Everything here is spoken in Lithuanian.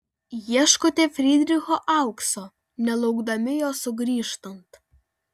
ieškote frydricho aukso nelaukdami jo sugrįžtant